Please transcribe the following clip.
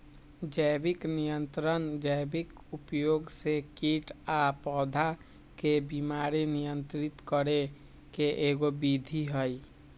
जैविक नियंत्रण जैविक उपयोग से कीट आ पौधा के बीमारी नियंत्रित करे के एगो विधि हई